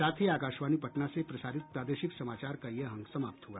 इसके साथ ही आकाशवाणी पटना से प्रसारित प्रादेशिक समाचार का ये अंक समाप्त हुआ